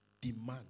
Demand